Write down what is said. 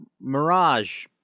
Mirage